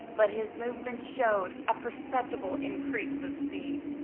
but his movements showed a perceptible increase of speed.